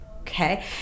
Okay